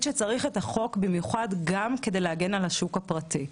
צריך את החוק במיוחד גם כדי להגן על השוק הפרטי.